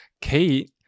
Kate